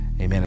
Amen